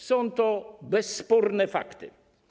Są to bezsporne fakty.